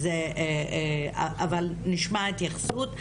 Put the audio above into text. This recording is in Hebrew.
ונשמע התייחסות,